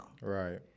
Right